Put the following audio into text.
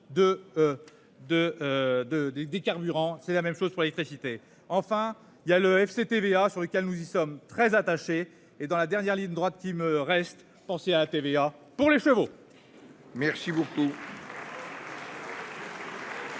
des carburants, c'est la même chose pour l'électricité, enfin il y a le FCTVA sur lesquels nous y sommes très attachés et dans la dernière ligne droite qui me reste, penser à la TVA pour les chevaux.-- Merci beaucoup.